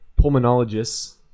pulmonologists